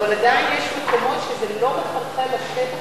אבל עדיין יש מקומות שזה לא מחלחל לשטח